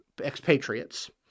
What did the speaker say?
expatriates